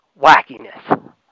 wackiness